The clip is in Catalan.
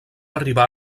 arribar